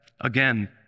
again